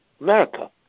America